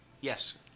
Yes